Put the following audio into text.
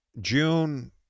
June